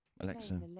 Alexa